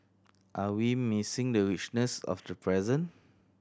are we missing the richness of the present